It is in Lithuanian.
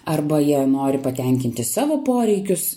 arba jie nori patenkinti savo poreikius